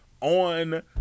on